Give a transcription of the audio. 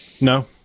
No